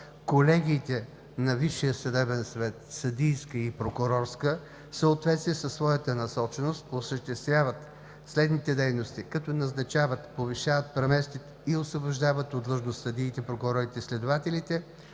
колегиите на Висшия съдебен съвет – Съдийска и Прокурорска, в съответствие със своята насоченост осъществяват следните дейности, като назначават, повишават, преместват и освобождават от длъжност съдиите, прокурорите и следователите,